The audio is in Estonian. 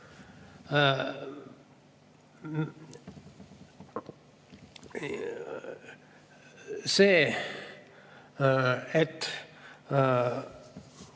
See, et